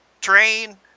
train